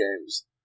games